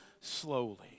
slowly